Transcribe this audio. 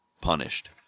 punished